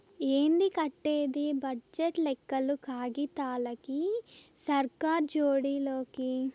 ఏంది కట్టేది బడ్జెట్ లెక్కలు కాగితాలకి, సర్కార్ జోడి లోకి